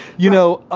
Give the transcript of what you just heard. you know, ah